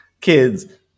kids